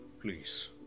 Please